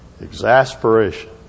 exasperation